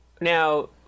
Now